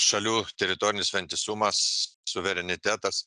šalių teritorinis vientisumas suverenitetas